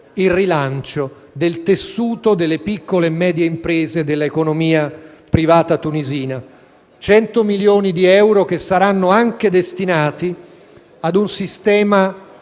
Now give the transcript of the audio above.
il rilancio del tessuto delle piccole e medie imprese dell'economia privata tunisina. Si tratta di 100 milioni di euro che saranno anche destinati ad un sistema